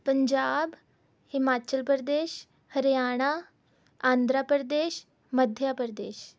Punjab Himachal Pradesh Haryana Andhra Pradesh Madhya Pradesh